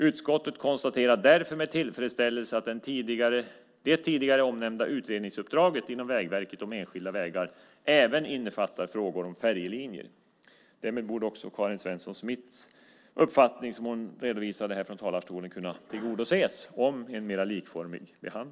Utskottet konstaterar därför med tillfredsställelse att det tidigare omnämnda utredningsuppdraget inom Vägverket om enskilda vägar även innefattar frågor om färjelinjer. Därmed borde också de önskemål om en mer likformig behandling av färjorna som Karin Svensson Smith redovisade här från talarstolen kunna tillgodoses.